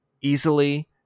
easily